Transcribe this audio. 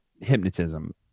hypnotism